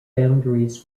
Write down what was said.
boundaries